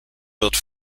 wird